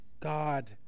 God